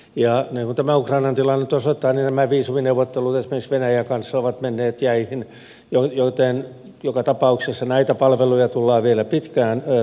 ja niin kuin tämä ukrainan tilanne nyt osoittaa niin nämä viisumineuvottelut esimerkiksi venäjän kanssa ovat menneet jäihin joten joka tapauksessa näitä palveluja tullaan vielä pitkään tarvitsemaan